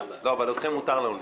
אבל אתכם מותר לנו לתקוף.